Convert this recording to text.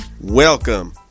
Welcome